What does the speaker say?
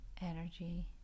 energy